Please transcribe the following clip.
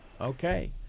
Okay